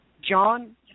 John